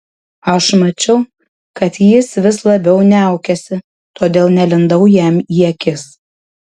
aš mačiau kad jis vis labiau niaukiasi todėl nelindau jam į akis